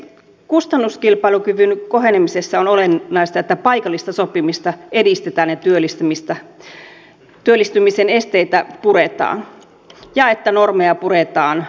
kustannuskilpailukyvyn kohenemisessa on olennaista että paikallista sopimista edistetään työllistymisen esteitä puretaan ja että normeja puretaan yrittäjyydenkin tieltä